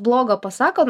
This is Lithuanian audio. blogo pasako